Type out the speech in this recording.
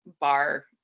bar